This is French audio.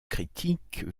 critique